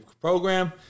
program